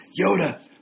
Yoda